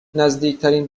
نزدیکترین